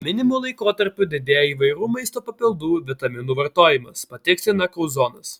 minimu laikotarpiu didėja įvairių maisto papildų vitaminų vartojimas patikslina kauzonas